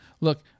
look